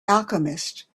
alchemist